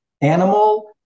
Animal